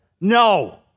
No